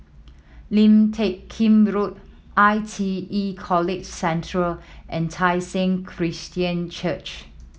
Lim Teck Kim Road I T E College Central and Tai Seng Christian Church